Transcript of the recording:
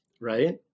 right